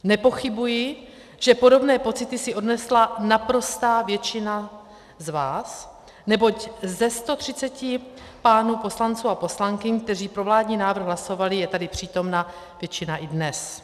Nepochybuji, že podobné pocity si odnesla naprostá většina z vás, neboť ze 130 pánů poslanců a poslankyň, kteří pro vládní návrh hlasovali, je tady přítomna většina i dnes.